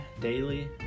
daily